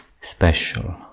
special